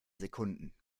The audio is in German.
sekunden